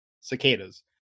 cicadas